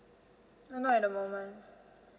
no no at the moment